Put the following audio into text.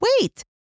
Wait